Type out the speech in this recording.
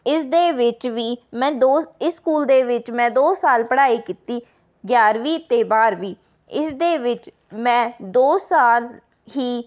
ਇਸ ਦੇ ਵਿੱਚ ਵੀ ਮੈਂ ਦੋਜ ਇਸ ਸਕੂਲ ਦੇ ਵਿੱਚ ਮੈਂ ਦੋ ਸਾਲ ਪੜ੍ਹਾਈ ਕੀਤੀ ਗਿਆਰਵੀਂ ਅਤੇ ਬਾਰ੍ਹਵੀਂ ਇਸ ਦੇ ਵਿੱਚ ਮੈਂ ਦੋ ਸਾਲ ਹੀ